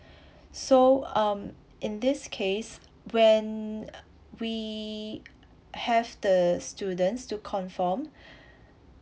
so um in this case when we have the students to conform